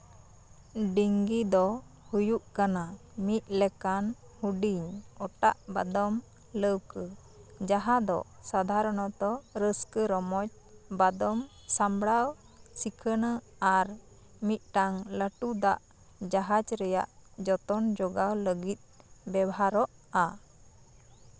ᱰᱤᱝᱜᱤ ᱫᱚ ᱦᱩᱭᱩᱜ ᱠᱟᱱᱟ ᱢᱤᱫ ᱞᱮᱠᱟᱱ ᱦᱩᱰᱤᱧ ᱚᱴᱟᱜ ᱵᱟᱫᱚᱢ ᱞᱟᱹᱣᱠᱟᱹ ᱡᱟᱦᱟᱸ ᱫᱚ ᱥᱟᱫᱷᱟᱨᱚᱱᱚᱛᱚ ᱨᱟᱹᱥᱠᱟᱹ ᱨᱚᱢᱚᱡ ᱵᱟᱫᱚᱢ ᱥᱟᱢᱵᱽᱲᱟᱣ ᱥᱤᱠᱷᱱᱟᱹ ᱟᱨ ᱢᱤᱫᱴᱟᱝ ᱞᱟᱹᱴᱩ ᱫᱟᱜ ᱡᱟᱦᱟᱡᱽ ᱨᱮᱭᱟᱜ ᱡᱚᱛᱚᱱ ᱡᱚᱜᱟᱣ ᱞᱟᱹᱜᱤᱫ ᱵᱮᱵᱷᱟᱨᱚᱜᱼᱟ